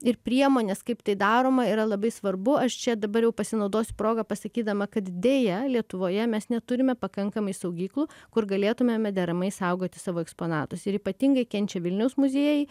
ir priemonės kaip tai daroma yra labai svarbu aš čia dabar jau pasinaudosiu proga pasakydama kad deja lietuvoje mes neturime pakankamai saugyklų kur galėtumėme deramai saugoti savo eksponatus ir ypatingai kenčia vilniaus muziejai